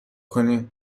کنین